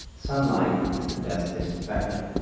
sunlight is the best disinfectant.